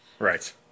Right